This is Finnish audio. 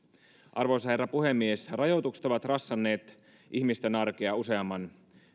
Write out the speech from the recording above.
arvoisa herra puhemies rajoitukset ovat rassanneet ihmisten arkea useamman